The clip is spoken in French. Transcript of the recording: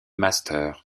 master